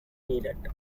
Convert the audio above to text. needed